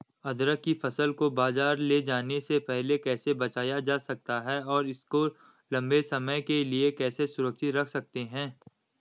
अदरक की फसल को बाज़ार ले जाने से पहले कैसे बचाया जा सकता है और इसको लंबे समय के लिए कैसे सुरक्षित रख सकते हैं?